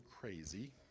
crazy